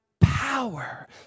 power